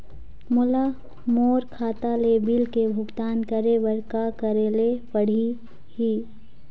मोला मोर खाता ले बिल के भुगतान करे बर का करेले पड़ही ही?